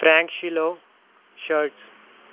ਫਰੈਂਕਸ਼ੀਲੋ shirts